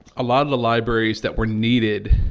a lot of the libraries that were needed